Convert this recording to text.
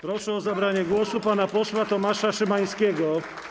Proszę o zabranie głosu pana posła Tomasza Szymańskiego.